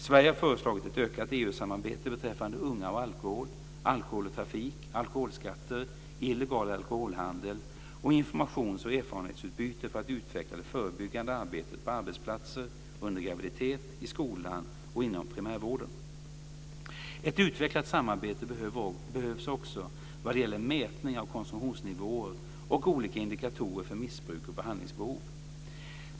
Sverige har föreslagit ett ökat EU-samarbete beträffande unga och alkohol, alkohol och trafik, alkoholskatter, illegal alkoholhandel och informations och erfarenhetsutbyte för att utveckla det förebyggande arbetet på arbetsplatser, under graviditet, i skolan och inom primärvården. Ett utvecklat samarbete behövs också vad gäller mätning av konsumtionsnivåer och olika indikatorer för missbruk och behandlingsbehov.